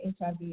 HIV